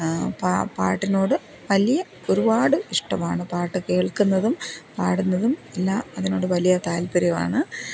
പാ പാട്ടിനോട് വലിയ ഒരുപാട് ഇഷ്ടമാണ് പാട്ട് കേൾക്കുന്നതും പാടുന്നതും എല്ലാം അതിനോട് വലിയ താല്പര്യമാണ്